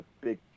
big